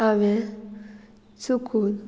हांवें चुकून